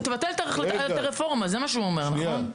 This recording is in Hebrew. תבטל את הרפורמה, זה מה שהוא אומר, נכון?